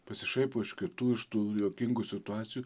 pasišaipo iš kitų iš tų juokingų situacijų